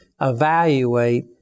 evaluate